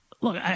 look